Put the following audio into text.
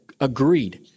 agreed